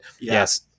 yes